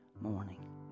morning